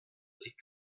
est